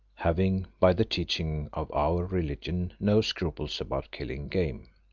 having by the teaching of our religion no scruples about killing game.